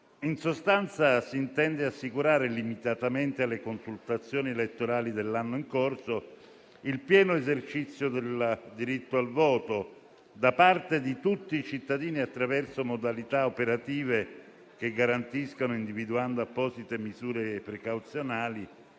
In sostanza, si intende assicurare, limitatamente alle consultazioni elettorali dell'anno in corso, il pieno esercizio del diritto di voto di tutti i cittadini, attraverso modalità operative che garantiscano, individuando apposite misure precauzionali,